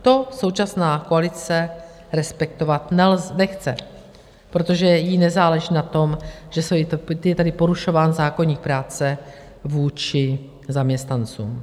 To současná koalice respektovat nechce, protože jí nezáleží na tom, že opětně je tady porušován zákoník práce vůči zaměstnancům.